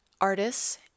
artists